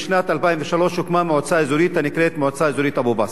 בשנת 2003 הוקמה מועצה אזורית הנקראת מועצה אזורית אבו-בסמה.